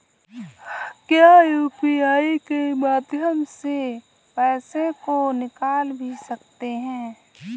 क्या यू.पी.आई के माध्यम से पैसे को निकाल भी सकते हैं?